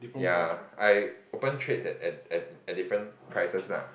ya I open trades at at at at different prices lah